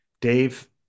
Dave